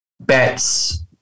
bets